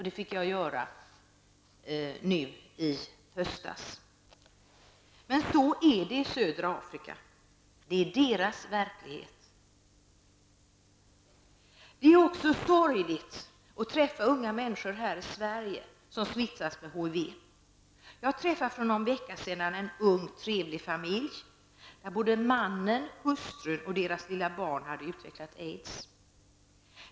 Det fick jag höra nu i höstas. Men så är det i södra Afrika. Det är dess invånares verklighet. Det är också sorgligt att träffa unga människor här hemma i Sverige som smittats av HIV. Jag träffade för någon vecka sedan en ung trevlig familj, där mannen, hustrun och deras lilla barn hade utvecklat aids.